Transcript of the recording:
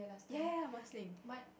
ya ya ya must drink